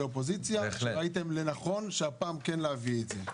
אופוזיציה שראיתם לנכון שהפעם כן להביא את זה?